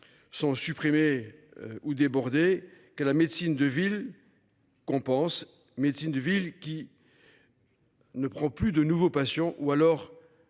Sont supprimés ou débordés que la médecine de ville. Compense, médecine de ville qui. Ne prend plus de nouveaux patients ou alors